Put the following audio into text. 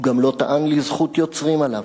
הוא גם לא טען לזכות יוצרים עליו.